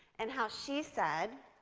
and how she said,